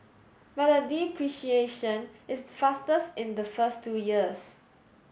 but the depreciation is fastest in the first two years